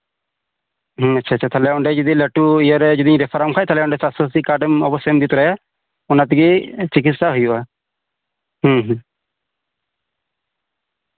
ᱦᱩᱸ ᱟᱪᱪᱷᱟ ᱟᱪᱪᱷᱟ ᱚᱸᱰᱮ ᱡᱩᱫᱤ ᱞᱟᱹᱴᱩ ᱤᱭᱟᱹᱨᱮᱧ ᱫᱮᱠᱷᱟᱣ ᱞᱮᱢ ᱠᱷᱟᱡ ᱚᱸᱰᱮ ᱥᱟᱥᱛᱷᱚ ᱥᱟᱛᱷᱤ ᱠᱟᱨᱰ ᱚᱵᱚᱥᱥᱚᱭᱮᱢ ᱤᱫᱤ ᱛᱚᱨᱟᱭᱟ ᱚᱱᱟ ᱛᱮᱜᱮ ᱪᱤᱠᱤᱛᱥᱟ ᱦᱩᱭᱩᱜᱼᱟ ᱦᱩᱸ ᱦᱩᱸ